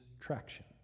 traction